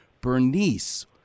Bernice